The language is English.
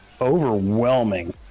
overwhelming